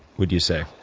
would you say?